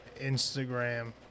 Instagram